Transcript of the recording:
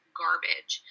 garbage